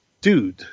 dude